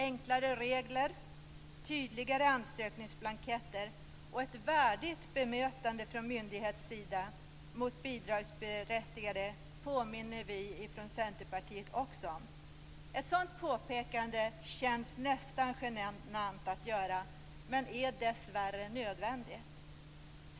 Enklare regler, tydligare ansökningsblanketter och ett värdigt bemötande från myndigheternas sida mot bidragsberättigade påminner vi från Centerpartiet också om. Ett sådant påpekande känns nästan genant att göra men är dessvärre nödvändigt.